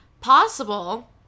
Possible